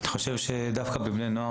אני חושב שדווקא בבני נוער,